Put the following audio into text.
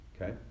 Okay